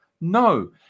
no